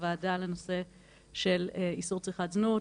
הוועדה על הנושא של איסור צריכת זנות,